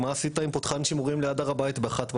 מה עשית עם פותחן שימורים ליד הר הבית באחת בלילה.